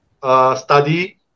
Study